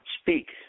speak